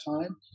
time